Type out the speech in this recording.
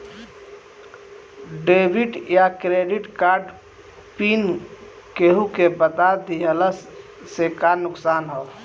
Debit या credit card pin केहूके बता दिहला से का नुकसान ह?